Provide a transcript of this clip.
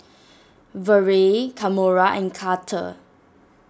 Vere Kamora and Carter